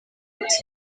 ati